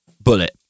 Bullet